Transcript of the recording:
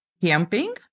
camping